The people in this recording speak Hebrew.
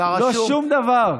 לא שום דבר.